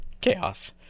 chaos